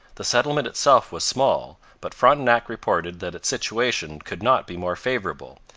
the settlement itself was small, but frontenac reported that its situation could not be more favourable,